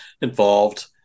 involved